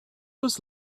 was